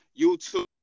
YouTube